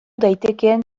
daitekeen